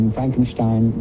Frankenstein